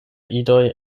idoj